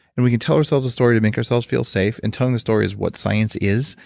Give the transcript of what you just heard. and we can tell ourselves a story to make ourselves feel safe, and telling the story is what science is,